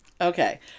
Okay